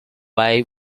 vai